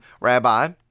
Rabbi